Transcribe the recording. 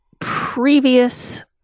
previous